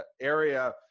area